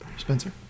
Spencer